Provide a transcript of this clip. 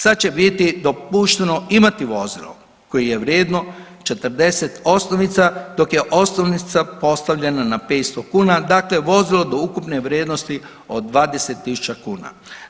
Sad će biti dopušteno imati vozilo koji je vrijedno 40 osnovica dok je osnovica postavljena na 500 kuna, dakle vozilo do ukupne vrijednosti od 20.000 kuna.